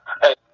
Hey